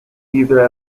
either